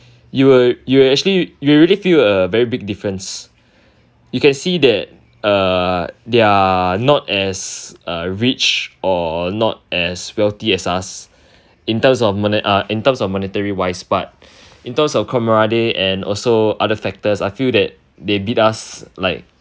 you will you will actually you will really feel a very big difference you can see that uh they're not as uh rich or not as wealthy as us in term of mone~ uh in term of monetary wise but in term of camaraderie and also other factors I feel that they beat us like